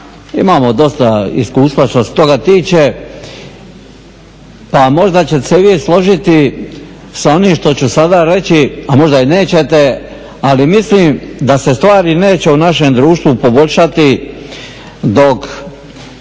imamo dosta iskustva što se toga tiče pa možda ćete se i vi složiti sa onim što ću sada reći a možda i nećete ali mislim da se stvari neće u našem društvu poboljšati dok